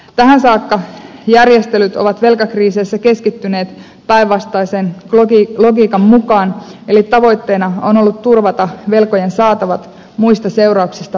tähän saakka järjestelyt ovat velkakriiseissä keskittyneet päinvastaisen logiikan mukaan eli tavoitteena on ollut turvata velkojen saatavat muista seurauksista välittämättä